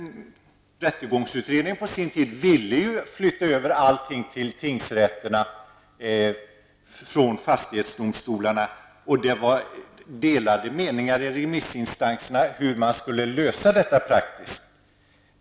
Rättegångsutredningen ville ju på sin tid flytta över alla mål från fastighetsdomstolarna till tingsrätterna, men det rådde bland remissinstanserna delade meningar om hur detta skulle lösas praktiskt.